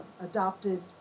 adopted